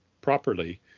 properly